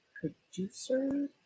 producer